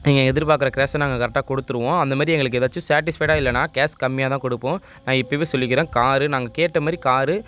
நீங்கள் எதிர்பார்க்குற கேஷை நாங்கள் கரெக்டாக கொடுத்துடுவோம் அந்தமாதிரி எங்களுக்கு ஏதாச்சும் சேட்டிஸ்ஃபைடாக இல்லைனா கேஷ் கம்மியாக தான் கொடுப்போம் நான் இப்போவே சொல்லிக்கிறேன் கார் நாங்கள் கேட்டமாதிரி கார்